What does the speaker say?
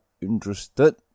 interested